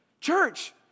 Church